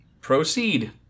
Proceed